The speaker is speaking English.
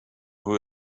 who